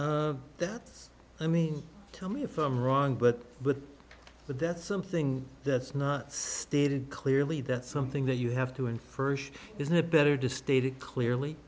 silence that's i mean tell me if i'm wrong but but but that's something that's not stated clearly that's something that you have to in first isn't it better to state it clearly